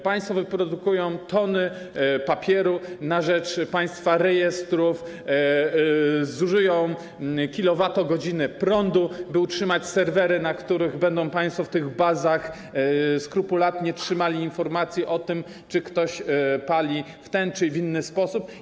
Państwo wyprodukują tony papieru na rzecz państwa rejestrów, zużyją kilowatogodziny prądu, by utrzymać serwery, na których będą państwo w tych bazach skrupulatnie trzymali informacje o tym, czy ktoś pali w ten czy w inny sposób.